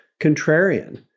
contrarian